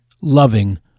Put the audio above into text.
loving